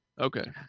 Okay